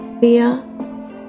fear